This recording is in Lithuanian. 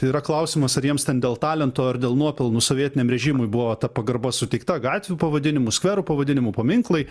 yra klausimas ar jiems ten dėl talento ar dėl nuopelnų sovietiniam režimui buvo ta pagarba suteikta gatvių pavadinimų skvero pavadinimų paminklai